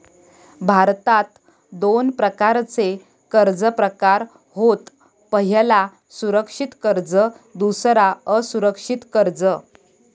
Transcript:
भारतात दोन प्रकारचे कर्ज प्रकार होत पह्यला सुरक्षित कर्ज दुसरा असुरक्षित कर्ज